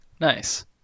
nice